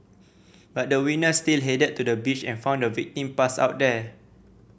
but the witness still headed to the beach and found the victim passed out there